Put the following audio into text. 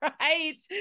right